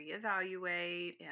reevaluate